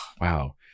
wow